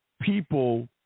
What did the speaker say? people